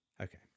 Okay